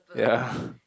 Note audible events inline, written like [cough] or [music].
ya [breath]